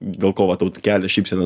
dėl ko va tau kelia šypseną